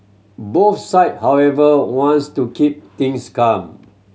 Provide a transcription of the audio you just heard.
both side however wants to keep things calm